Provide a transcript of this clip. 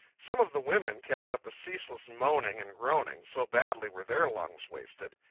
some of the women kept up a ceaseless moaning and groaning, so badly were their lungs wasted.